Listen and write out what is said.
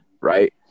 right